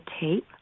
tape